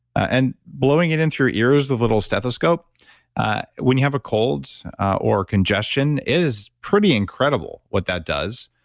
and blowing it in through your ears with little stethoscope when you have a cold or congestion is pretty incredible what that does.